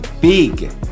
big